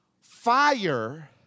Fire